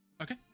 okay